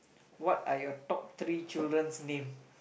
what are your top three children's name